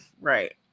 right